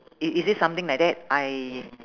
i~ is it something like that I